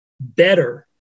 better